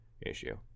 issue